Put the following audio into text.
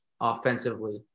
offensively